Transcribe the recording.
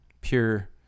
pure